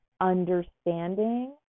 understanding